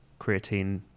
creatine